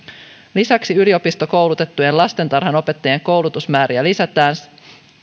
lisäksi yliopistokoulutettujen lastentarhanopettajien koulutusmääriä lisätään